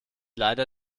leider